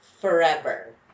forever